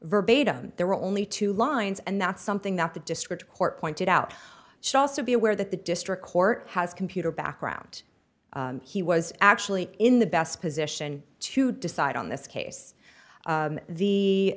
verbatim there were only two lines and that's something that the district court pointed out shall so be aware that the district court has computer background he was actually in the best position to decide on this case